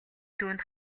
түүнд